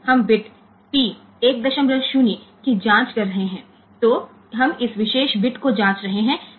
તેથી આપણે આ ચોક્કસ બીટ તપાસી રહ્યા છીએ